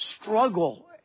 struggle